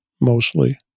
mostly